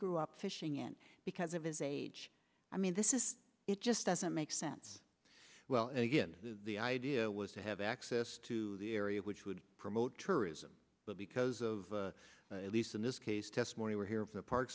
grew up fishing in because of his age i mean this is it just doesn't make sense well again the idea was to have access to the area which would promote tourism but because of at least in this case testimony were here of the park